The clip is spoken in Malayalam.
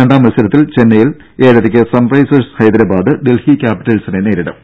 രണ്ടാം മത്സരത്തിൽ ചെന്നൈയിൽ ഏഴരയ്ക്ക് സൺറൈസേഴ്സ് ഹൈദരാബാദ് ഡൽഹി ക്യാപിറ്റൽസിനെ നേരിടും